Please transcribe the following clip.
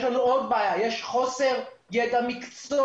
בעיה נוספת היא שיש לנו מחסור ביידע מקצוע.